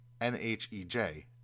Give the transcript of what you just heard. NHEJ